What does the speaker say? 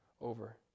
over